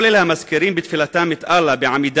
כל אלה המזכירים בתפילתם את אללה בעמידה,